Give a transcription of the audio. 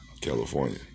California